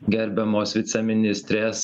gerbiamos viceministrės